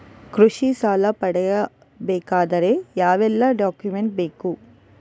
ಕೃಷಿ ಸಾಲ ಪಡೆಯಬೇಕಾದರೆ ಯಾವೆಲ್ಲ ಡಾಕ್ಯುಮೆಂಟ್ ಬೇಕು?